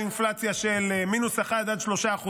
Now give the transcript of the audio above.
היה יעד אינפלציה של 1% 3%,